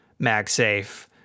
MagSafe